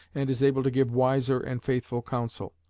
and is able to give wiser and faithful counsel,